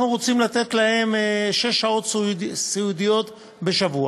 שאנחנו רוצים לתת להם שש שעות סיעודיות בשבוע.